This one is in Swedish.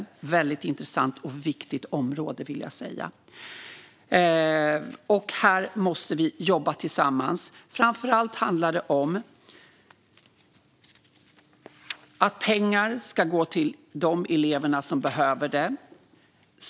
Det är ett väldigt intressant och viktigt område, vill jag säga, och här måste vi jobba tillsammans. Framför allt handlar det om att pengar ska gå till de elever som behöver det.